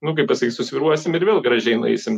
nu kaip pasakyt susvyruosim ir vėl gražiai nueisim